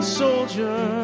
soldier